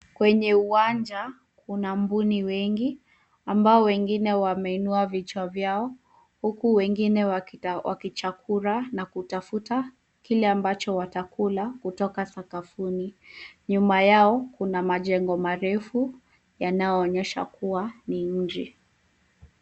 Kwenye uwanja kuna mbuni wengi, ambao wengine wameinua vichwa vyao. Huku wengine wakichakura na kutafuta kile ambacho watakula kutoka sakafuni. Nyuma yao kuna majengo marefu, yanayoonyesha kuwa ni mji.